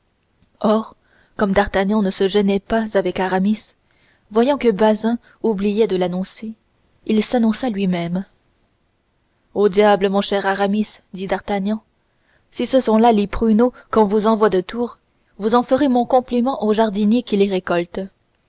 or comme d'artagnan ne se gênait pas avec aramis voyant que bazin oubliait de l'annoncer il s'annonça lui-même ah diable mon cher aramis dit d'artagnan si ce sont là les pruneaux qu'on nous envoie de tours vous en ferez mon compliment au jardinier qui les récolte